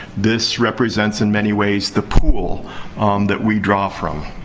this represents, in many ways, the pool that we draw from.